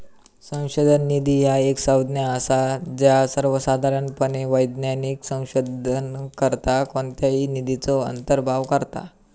संशोधन निधी ह्या एक संज्ञा असा ज्या सर्वोसाधारणपणे वैज्ञानिक संशोधनाकरता कोणत्याही निधीचो अंतर्भाव करता